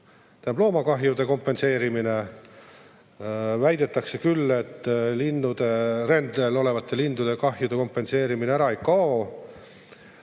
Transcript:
ja loomakahjude kompenseerimine. Väidetakse küll, et rändel olevate lindude kahjude kompenseerimine ära ei kao.